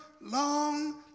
long